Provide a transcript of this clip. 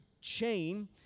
chain